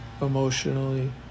emotionally